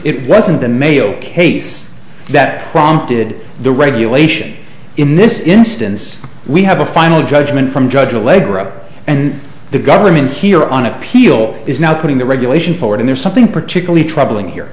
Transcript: it wasn't the mayo case that prompted the regulation in this instance we have a final judgment from judge allegro and the government here on appeal is now putting the regulation forward in there's something particularly troubling here